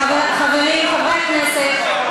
חברי הכנסת,